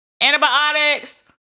antibiotics